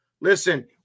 Listen